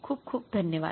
खूप खूप धन्यवाद